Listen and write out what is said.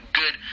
good